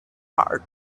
heart